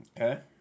Okay